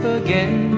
again